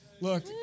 Look